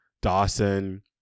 Dawson